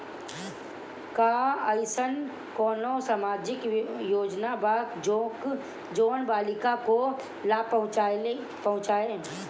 का अइसन कोनो सामाजिक योजना बा जोन बालिकाओं को लाभ पहुँचाए?